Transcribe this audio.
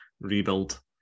rebuild